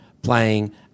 playing